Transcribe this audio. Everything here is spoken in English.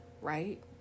Right